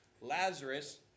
Lazarus